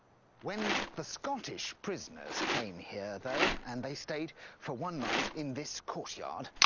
when the scottish prisoners came here though, and they stayed for one night in this courtyard,